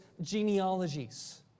genealogies